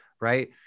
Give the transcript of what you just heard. right